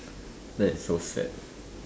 that is so sad